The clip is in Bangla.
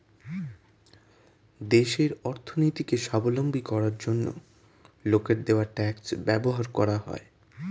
দেশের অর্থনীতিকে স্বাবলম্বী করার জন্য লোকের দেওয়া ট্যাক্স ব্যবহার করা হয়